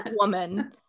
woman